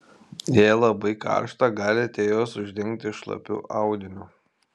jei labai karšta galite juos uždengti šlapiu audiniu